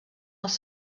els